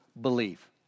believe